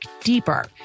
deeper